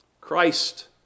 Christ